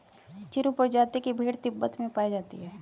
चिरु प्रजाति की भेड़ तिब्बत में पायी जाती है